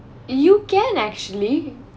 you can actually